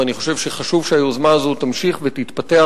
ואני חושב שחשוב שהיוזמה הזאת תמשיך ותתפתח.